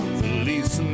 feliz